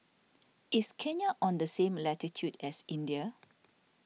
is Kenya on the same latitude as India